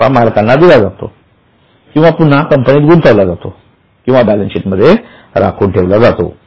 तो नफा मालकांना दिला जातो किंवा पुन्हा कंपनीत गुंतविला जातो किंवा बॅलन्सशीट मध्ये राखून ठेवला जातो